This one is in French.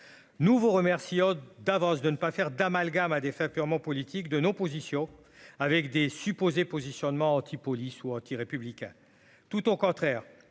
nouveau remercie d'avance de ne pas faire d'amalgame à des fins purement politique de nos positions avec des supposés positionnement Antipolis ou anti-républicain, tout au contraire,